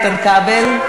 איתן כבל.